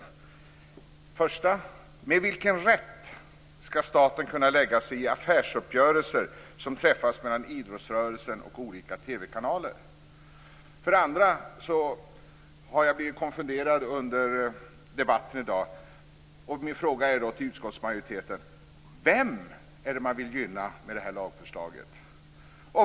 För det första: Med vilken rätt skall staten kunna lägga sig i affärsuppgörelser som träffas mellan idrottsrörelsen och olika För det andra har jag blivit konfunderad under debatten i dag, och min fråga till utskottsmajoriteten är: Vem är det man vill gynna med det här lagförslaget?